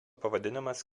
pavadinimas